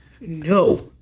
No